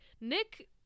Nick